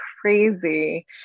crazy